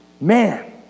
Man